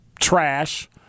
trash